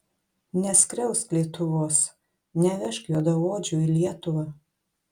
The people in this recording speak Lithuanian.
neskriausk lietuvos nevežk juodaodžių į lietuvą